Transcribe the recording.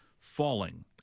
falling